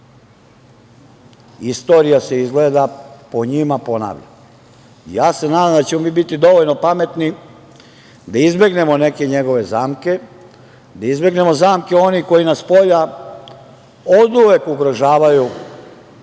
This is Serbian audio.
itd. Istorija se izgleda po njima ponavlja. Ja se nadam da ćemo mi biti dovoljno pametni da izbegnemo neke njegove zamke, da izbegnemo zamke onih koji nas spolja oduvek ugrožavaju